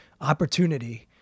opportunity